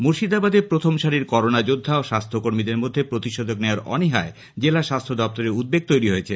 মুর্শিদাবাদে প্রথম সারির করোনা যোদ্ধা ও স্বাস্থ্যকর্মীদের মধ্যে প্রতিষেধক নেওয়ার অনীহায় জেলা স্বাস্থ্য দপ্তরের উদ্বেগ তৈরি হয়েছে